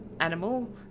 animal